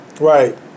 right